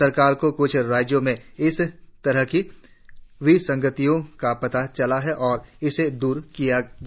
सरकार को क्छ राज्यों में इस तरह की विसंगतियों का पता चला और इसे दूर किया गया